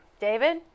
David